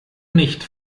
nicht